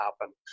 happen